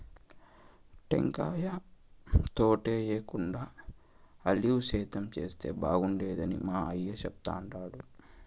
టెంకాయ తోటేయేకుండా ఆలివ్ సేద్యం చేస్తే బాగుండేదని మా అయ్య చెప్తుండాడు